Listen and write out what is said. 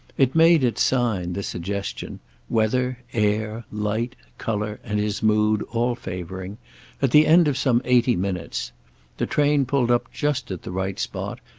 it made its sign, the suggestion weather, air, light, colour and his mood all favouring at the end of some eighty minutes the train pulled up just at the right spot,